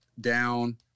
down